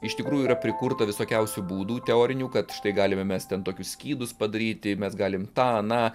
iš tikrųjų yra prikurta visokiausių būdų teorinių kad štai galime mes ten tokius skydus padaryti mes galime tą aną